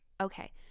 okay